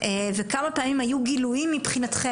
וכמה פעמים היו גילויים מבחינתכם.